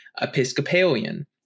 Episcopalian